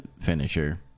finisher